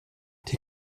die